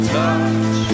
touch